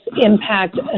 impact